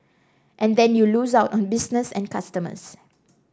and then you lose out on business and customers